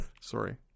Sorry